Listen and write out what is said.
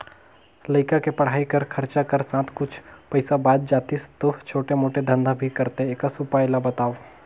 लइका के पढ़ाई कर खरचा कर साथ कुछ पईसा बाच जातिस तो छोटे मोटे धंधा भी करते एकस उपाय ला बताव?